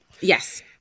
Yes